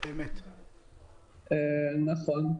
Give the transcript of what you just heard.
נכון.